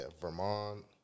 Vermont